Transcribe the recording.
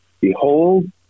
Behold